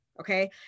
okay